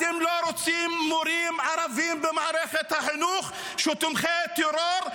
אתם לא רוצים מורים ערבים במערכת החינוך שהם תומכי טרור,